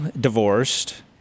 divorced